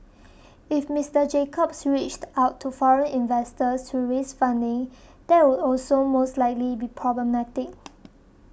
if Mister Jacobs reached out to foreign investors to raise funding that would also most likely be problematic